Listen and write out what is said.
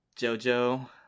Jojo